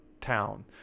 town